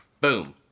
Boom